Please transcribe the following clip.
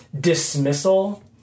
dismissal